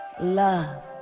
love